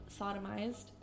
sodomized